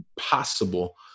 possible